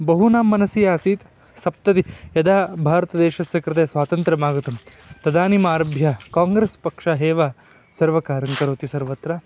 बहूनां मनसि आसीत् सप्ततिः यदा भारतदेशस्य कृते स्वातन्त्र्यमागतं तदानीमारभ्य काङ्ग्रेस् पक्षः एव सर्वकारं करोति सर्वत्र